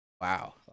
wow